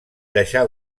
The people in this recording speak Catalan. deixà